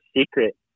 secret